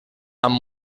amb